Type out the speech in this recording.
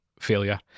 failure